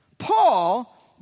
Paul